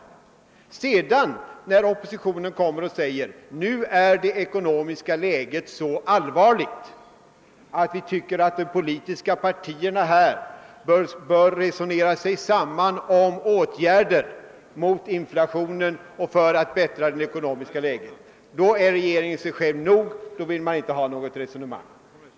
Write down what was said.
Men sedan när oppositionspartierna framhåller att det ekonomiska läget är så allvarligt, att vi tycker de politiska partierna bör resonera sig samman om åtgärder mot inflation och för att förbättra det ekonomiska läget, är regeringen sig själv nog och vill inte ha några sådana överläggningar.